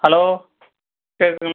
hello கேட்குதுங்க